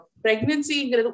pregnancy